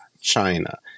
China